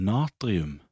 Natrium